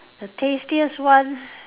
the tastiest one